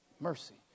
Mercy